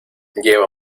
lleva